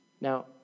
Now